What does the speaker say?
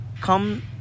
come